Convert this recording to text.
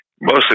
Mostly